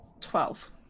twelve